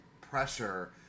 pressure